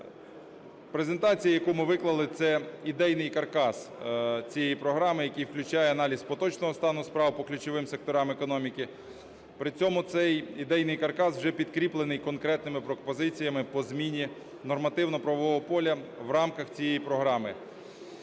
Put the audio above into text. Презентацію, яку ми виклали, - це ідейний каркас цієї програми, який включає аналіз поточного стану справ по ключовим секторам економіки, при цьому цей ідейний каркас вже підкріплений конкретними пропозиціями по зміні нормативно-правового поля в рамках цієї програми.